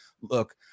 look